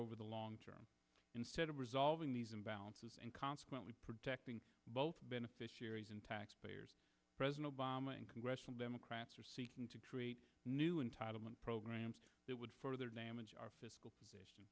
over the long term instead of resolving these imbalances and consequently protecting both beneficiaries and taxpayers president obama and congressional democrats are seeking to create new entitlement programs that would further damage our fiscal